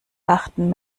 achten